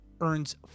earns